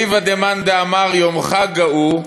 אליבא דמאן דאמר יום חגא הוא,